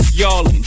y'all